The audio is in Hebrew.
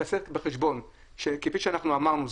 תיקח בחשבון שכפי שאמרנו,